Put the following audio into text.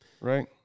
Right